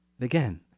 Again